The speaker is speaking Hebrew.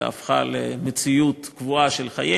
אלא היא הפכה למציאות קבועה של חיינו.